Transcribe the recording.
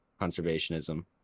conservationism